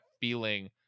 feeling